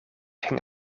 ging